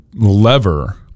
lever